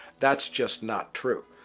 that's just not true.